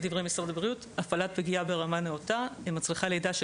לדברי משרד הבריאות הפעלת פגייה ברמה נאותה מצריכה לידה של